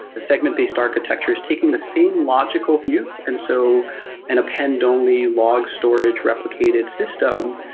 the segment-based architecture is taking the same logical view, and so an append-only log storage replicated system,